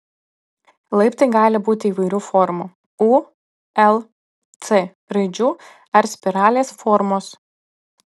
laiptai gali būti įvairių formų u l c raidžių ar spiralės formos